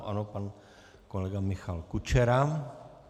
Ano, pan kolega Michal Kučera.